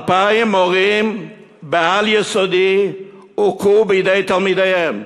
2,000 מורים בעל-יסודי הוכו בידי תלמידיהם.